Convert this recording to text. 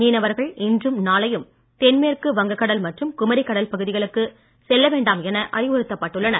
மீனவர்கள் இன்றும் நாளையும் தென்மேற்கு வங்கக்கடல் மற்றும் குமரிக் கடல் பகுதிகளுக்கு செல்ல வேண்டாம் என அறிவுறுத்தப்பட்டுள்ளன